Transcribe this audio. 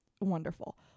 wonderful